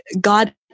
God